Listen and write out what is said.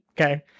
Okay